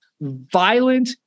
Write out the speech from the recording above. violent